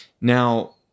Now